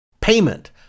Payment